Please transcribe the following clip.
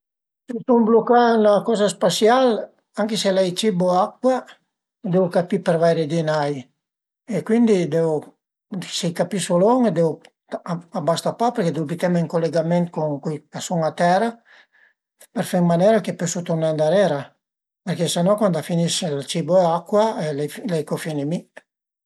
Si sun blucà ën la coza spasial anche se l'ai cibo e acua deu capì per vaire di ën ai e cuindi deu se capisu lon deu a basta pa perché deu büteme ën culegament cun le persun-e a tera për fe ën manera che pösu turné ëndarera perché se no cuand a finis ël cibo e acua l'ai co finì mi